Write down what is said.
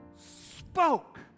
spoke